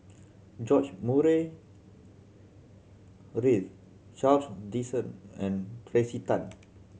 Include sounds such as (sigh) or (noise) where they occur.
George Murray Reith Charles (unintelligible) and Tracey Tan